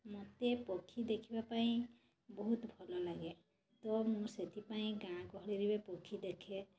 ମୋତେ ପକ୍ଷୀ ଦେଖିବା ପାଇଁ ବହୁତ ଭଲ ଲାଗେ ତ ମୁଁ ସେଥିପାଇଁ ଗାଁ ଗହଳିରେ ବି ପକ୍ଷୀ ଦେଖେ